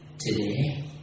Today